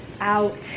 out